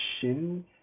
shin